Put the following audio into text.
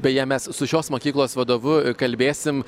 beje mes su šios mokyklos vadovu kalbėsim